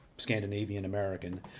Scandinavian-American